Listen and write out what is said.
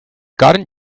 gotten